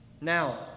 Now